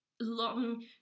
long